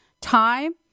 time